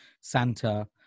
Santa